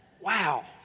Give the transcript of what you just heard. Wow